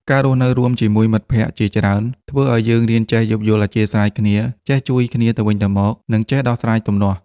ការរស់នៅរួមជាមួយមិត្តភក្តិជាច្រើន ធ្វើឲ្យយើងរៀនចេះយោគយល់អធ្យាស្រ័យគ្នា ចេះជួយគ្នាទៅវិញទៅមក និងចេះដោះស្រាយទំនាស់។